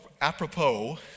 apropos